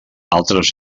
altres